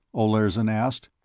olirzon asked.